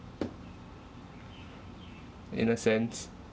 in a sense